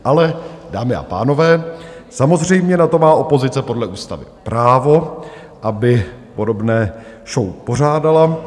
Ale, dámy a pánové, samozřejmě na to má opozice podle ústavy právo, aby podobné show pořádala.